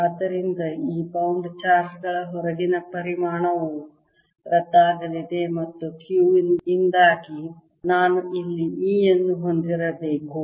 ಆದ್ದರಿಂದ ಈ bound charge ಗಳ ಹೊರಗಿನ ಪರಿಣಾಮವು ರದ್ದಾಗಲಿದೆ ಮತ್ತು Q ಯಿಂದಾಗಿ ನಾನು ಇಲ್ಲಿ E ಅನ್ನು ಹೊಂದಿರಬೇಕು